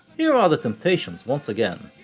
here are the temptations once again,